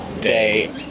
Day